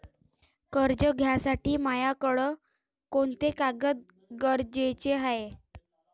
कर्ज घ्यासाठी मायाकडं कोंते कागद गरजेचे हाय?